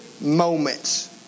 moments